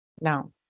No